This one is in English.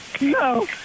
no